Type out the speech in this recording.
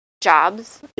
jobs